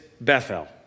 Bethel